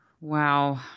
Wow